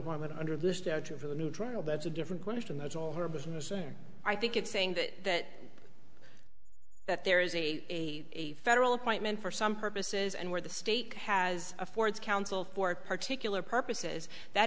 wanted under the statute for a new trial that's a different question that's all her business and i think it's saying that that there is a federal appointment for some purposes and where the state has affords counsel for particular purposes that